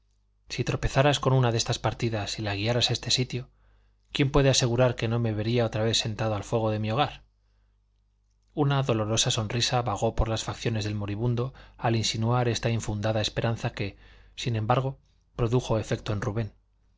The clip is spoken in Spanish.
si tropezaras con una de estas partidas y la guiaras a este sitio quién puede asegurar que no me vería otra vez sentado al fuego de mi hogar una dolorosa sonrisa vagó por las facciones del moribundo al insinuar esta infundada esperanza que sin embargo produjo efecto en rubén